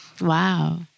Wow